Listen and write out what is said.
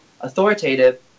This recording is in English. authoritative